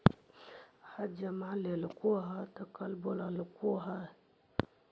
आज जमा लेलको कल बोलैलको हे?